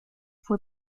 fue